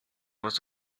was